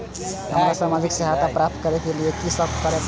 हमरा सामाजिक सहायता प्राप्त करय के लिए की सब करे परतै?